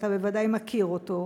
שאתה בוודאי מכיר אותו,